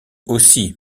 aussi